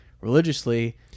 religiously